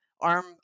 ARM